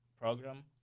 program